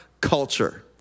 culture